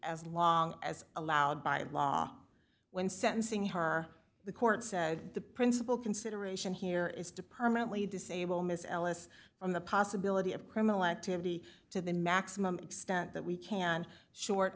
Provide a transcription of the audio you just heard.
as long as allowed by law when sentencing her the court said the principal consideration here is to permanently disable miss ellis from the possibility of criminal activity to the maximum extent that we can short